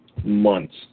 months